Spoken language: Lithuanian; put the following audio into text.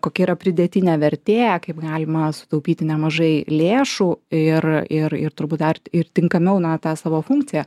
kokia yra pridėtinė vertė kaip galima sutaupyti nemažai lėšų ir ir ir turbūt dar ir tinkamiau na tą savo funkciją